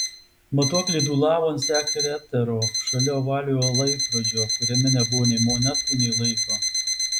matuoklė dūlavo ant sekretero šalia ovaliojo laikrodžio kuriame nebuvo nei monetų nei laiko